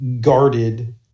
guarded